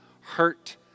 hurt